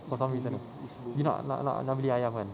masa me~ sama you nak nak nak beli ayam kan